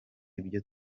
ibyo